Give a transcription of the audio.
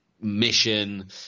Mission